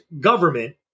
government